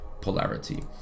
polarity